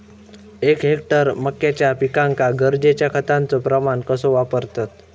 एक हेक्टर मक्याच्या पिकांका गरजेच्या खतांचो प्रमाण कसो वापरतत?